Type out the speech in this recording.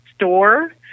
store